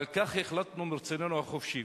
אבל כך החלטנו מרצוננו החופשי.